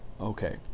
Okay